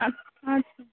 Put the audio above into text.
اَدٕ اَدٕ سا